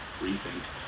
Recent